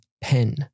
Pen